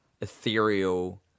ethereal